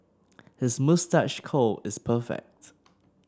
his moustache curl is perfect